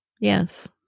Yes